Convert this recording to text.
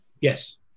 Yes